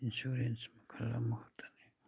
insurance ꯃꯈꯜ ꯑꯃ ꯈꯛꯇꯅꯤ